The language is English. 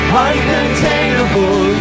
uncontainable